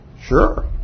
Sure